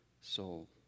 soul